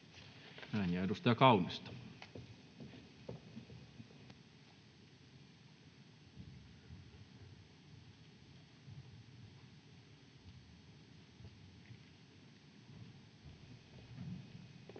— Ja edustaja Kaunisto.